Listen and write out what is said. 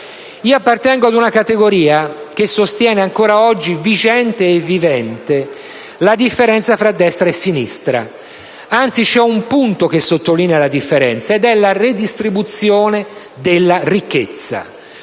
Appartengo ad una categoria che sostiene ancora oggi vigente e vivente la differenza fra destra e sinistra. Anzi, c'è un punto che sottolinea tale differenza, ed è la redistribuzione della ricchezza.